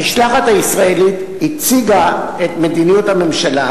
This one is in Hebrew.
המשלחת הישראלית הציגה את מדיניות הממשלה,